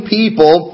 people